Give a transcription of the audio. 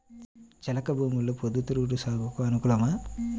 చెలక భూమిలో పొద్దు తిరుగుడు సాగుకు అనుకూలమా?